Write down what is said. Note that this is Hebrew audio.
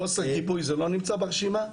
חוסר גיבוי זה לא נמצא ברשימה?